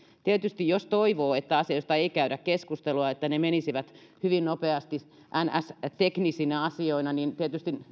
jos toivoo että asioista ei käydä keskustelua että ne menisivät hyvin nopeasti niin sanottu teknisinä asioina niin tietysti